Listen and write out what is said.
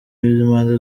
b’impande